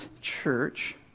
church